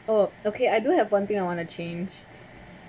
oh okay I do have one thing I want to change